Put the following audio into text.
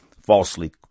falsely